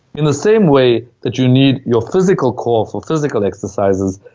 in the same way that you need your physical core for physical exercises,